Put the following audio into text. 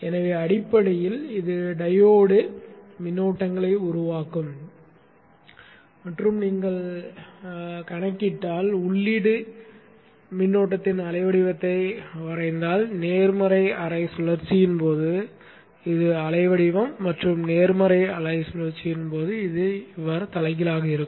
எனவே அடிப்படையில் இது டையோடு மின்னோட்டங்களை உருவாக்கும் மற்றும் நீங்கள் கணக்கிட்டால் உள்ளீட்டு மின்னோட்டத்தின் அலை வடிவத்தை வரைந்தால் நேர்மறை அரை சுழற்சியின் போது இது அலை வடிவம் மற்றும் எதிர்மறை அரை சுழற்சியின் போது இது இப்படி தலைகீழாக இருக்கும்